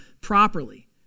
properly